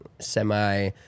semi